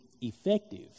effective